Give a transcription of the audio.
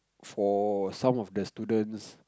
for some of the students